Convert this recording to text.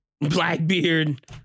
Blackbeard